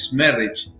marriage